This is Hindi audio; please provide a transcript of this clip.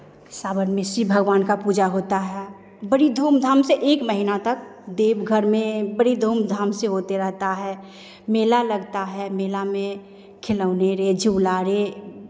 सावन में शिव भगवान का पूजा होता है बड़ी धूमधाम से एक महीना तक देवघर में बड़ी धूमधाम से होते रहता है मेला लगता है मेला में खिलौने रे झूला रे